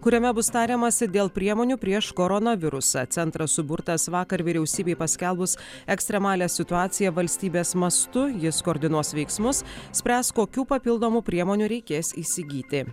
kuriame bus tariamasi dėl priemonių prieš koronavirusą centras suburtas vakar vyriausybei paskelbus ekstremalią situaciją valstybės mastu jis koordinuos veiksmus spręs kokių papildomų priemonių reikės įsigyti